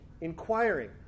inquiring